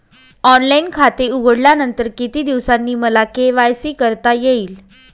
Online खाते उघडल्यानंतर किती दिवसांनी मला के.वाय.सी करता येईल?